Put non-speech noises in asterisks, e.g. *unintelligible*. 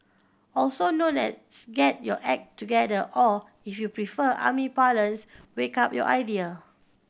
also known as *unintelligible* get your act together or if you prefer army parlance wake up your idea